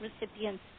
recipients